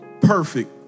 perfect